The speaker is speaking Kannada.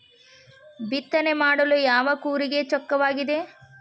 ಬಿತ್ತನೆ ಮಾಡಲು ಯಾವ ಕೂರಿಗೆ ಚೊಕ್ಕವಾಗಿದೆ?